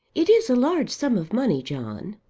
it is a large sum of money, john.